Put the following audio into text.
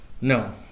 No